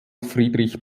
friedrich